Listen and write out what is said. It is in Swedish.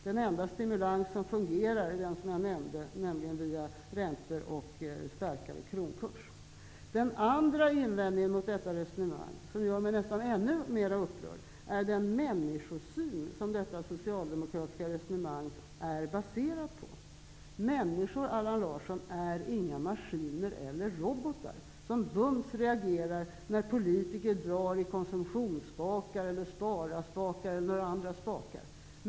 Den enda stimulans som fungerar är den som kommer genom lägre räntor och starkare krona. En annan invändning som jag har mot detta resonemang -- och som gör mig nästan ännu mer upprörd -- är den människosyn som detta socialdemokratiska resonemang är baserat på. Människor, Allan Larsson, är inga maskiner eller robotar som bums reagerar när politiker drar i bl.a. konsumtions eller spara-spakar.